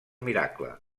miracle